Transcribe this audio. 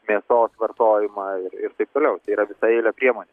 mėsos vartojimą ir ir taip toliau tai yra visą eilę priemonių